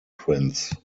prince